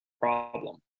problem